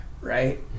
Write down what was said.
right